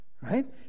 Right